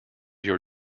your